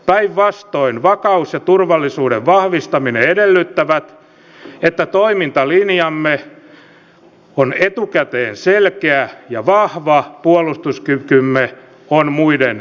päinvastoin vakaus ja turvallisuuden vahvistaminen edellyttävät että toimintalinjamme on etukäteen selkeä ja vahva puolustuskykymme on muiden tiedossa